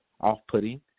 off-putting